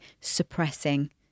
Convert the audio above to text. suppressing